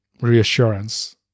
reassurance